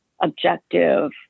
objective